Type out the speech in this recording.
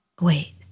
Wait